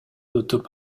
утуп